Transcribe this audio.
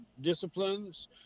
disciplines